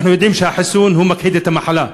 ואנחנו יודעים שהחיסון מכחיד את המחלה.